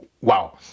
wow